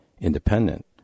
independent